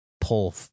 pull